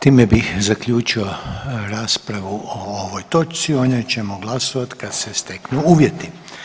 Time bih zaključio raspravu o ovoj točci, o njoj ćemo glasovati kad se steknu uvjeti.